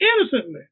innocently